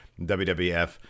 WWF